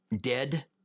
dead